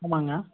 ஆமாங்க